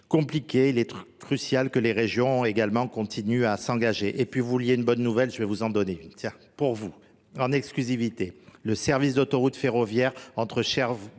il est crucial que les régions également continuent à s'engager et puis vous vouliez une bonne nouvelle je vais vous en donner pour vous en exclusivité le service d'autoroute ferroviaire entre Cherbourg